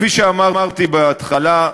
כפי שאמרתי בהתחלה,